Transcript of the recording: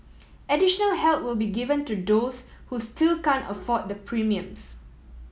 additional help will be given to those who still can afford the premiums